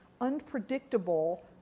unpredictable